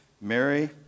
Mary